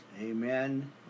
Amen